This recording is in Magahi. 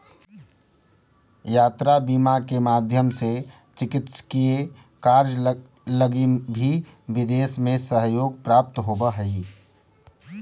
यात्रा बीमा के माध्यम से चिकित्सकीय कार्य लगी भी विदेश में सहयोग प्राप्त होवऽ हइ